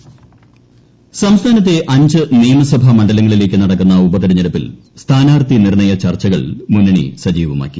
ഉപതിരഞ്ഞെടുപ്പ് ഇൻഡ്രോ സംസ്ഥാനത്തെ അഞ്ച് നിയമസഭാ മണ്ഡലങ്ങളിലേക്ക് നടക്കുന്ന ഉപതിരഞ്ഞെടുപ്പിൽ സ്ഥാനാർത്ഥി നിർണയ ചർച്ചകൾ മുന്നണി സജീവമാക്കി